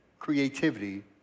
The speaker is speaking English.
Creativity